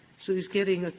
so he's getting,